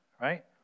right